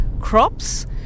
crops